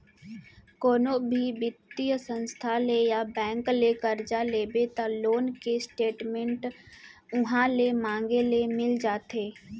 कोनो भी बित्तीय संस्था ले या बेंक ले करजा लेबे त लोन के स्टेट मेंट उहॉं ले मांगे ले मिल जाथे